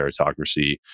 meritocracy